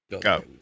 go